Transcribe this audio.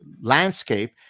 landscape